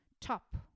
top